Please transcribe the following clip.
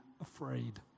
afraid